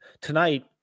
tonight